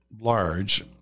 large